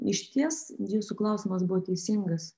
išties jūsų klausimas buvo teisingas